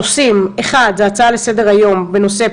הנושאים הם: 1. הצעה לסדר היום בנושא: